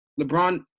LeBron